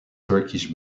turkish